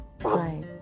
Right